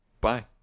bye